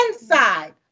inside